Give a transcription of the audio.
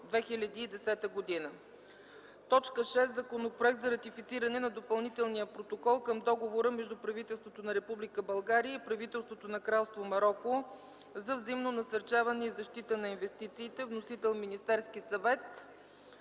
2010 г.) 6. Законопроект за ратифициране на Допълнителния протокол към Договора между правителството на Република България и правителството на Кралство Мароко за взаимно насърчаване и защита на инвестициите. (Вносител: Министерският съвет.)